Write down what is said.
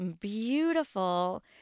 beautiful